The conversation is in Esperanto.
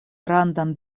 grandan